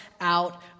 out